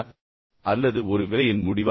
ஒரு புதிய வேலை அல்லது ஒரு வேலையின் முடிவா